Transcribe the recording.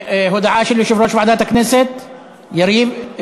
הודעה של יושב-ראש ועדת הכנסת, יריב?